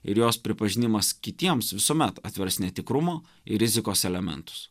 ir jos pripažinimas kitiems visuomet atvers netikrumo ir rizikos elementus